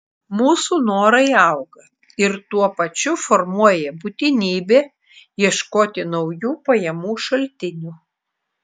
mūsų norai auga ir tuo pačiu formuoja būtinybę ieškoti naujų pajamų šaltinių